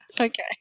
Okay